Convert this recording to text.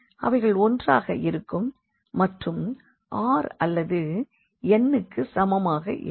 அவைகள் ஒன்றாக இருக்கும் மற்றும் r அல்லது n க்கு சமமாக இருக்கும்